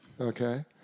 Okay